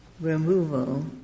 removal